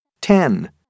ten